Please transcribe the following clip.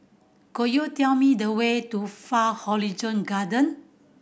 could you tell me the way to Far Horizon Garden